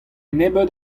nebeut